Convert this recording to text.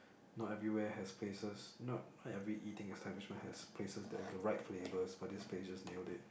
not everywhere has places not not every eating establishment has places that with the right flavours but this place just nailed it